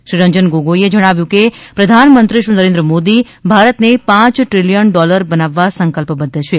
શ્રી રંજન ગોગોઇએ જણાવ્યું કે પ્રધાનમંત્રી શ્રી નરેન્દ્ર મોદી ભારતને પાંચ દ્રિલિયન ડોલર બનાવવા સંકલ્પબધ્ધ છે